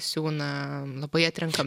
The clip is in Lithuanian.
siūna labai atrenkam